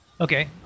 Okay